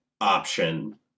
option